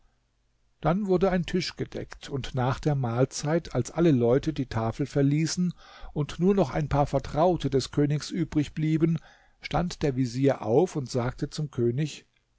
dann wurde ein tisch gedeckt und nach der mahlzeit als alle leute die tafel verließen und nur noch ein paar vertraute des königs übrigblieben stand der vezier auf und sagte zum könig